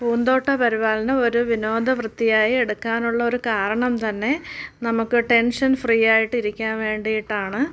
പുന്തോട്ട പരിപാലനം ഒരു വിനോദ വൃത്തിയായി എടുക്കാനുള്ള ഒരു കാരണം തന്നെ നമുക്ക് ടെൻഷൻ ഫ്രീ ആയിട്ടിരിക്കാൻ വേണ്ടിയിട്ടാണ്